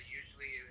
usually